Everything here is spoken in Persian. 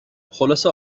خلاصه